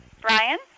Brian